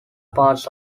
parts